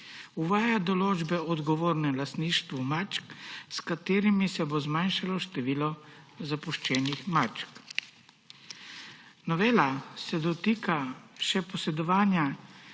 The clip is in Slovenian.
Uvaja določbe o odgovornem lastništvu mačk, s čimer se bo zmanjšalo število zapuščenih mačk. Novela se dotika še posedovanja